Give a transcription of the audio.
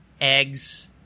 eggs